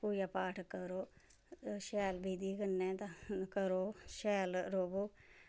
पूजा पाठ करो शैल विधि कन्नै करो शैल रवो